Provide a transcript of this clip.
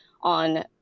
on